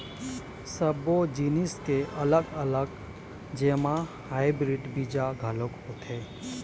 सब्बो जिनिस के अलग अलग जेमा हाइब्रिड बीजा घलोक होथे